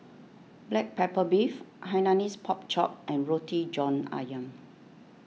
Black Pepper Beef Hainanese Pork Chop and Roti John Ayam